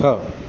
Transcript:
હ